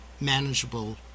manageable